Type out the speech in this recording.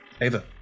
Ava